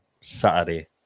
Saturday